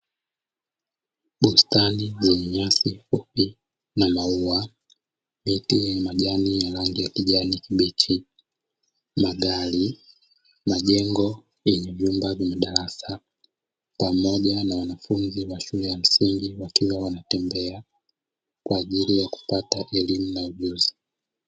Bustani yenye nyasi fupi na maua, miti yenye majani ya kijani kibichi, magari, majengo yenye vyumba zenye madarasa. Pamoja na wanafunzi wa shule ya msingi wakiwa wanatembea kwa ajili ya kupata elimu na ujuzi.